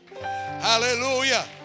Hallelujah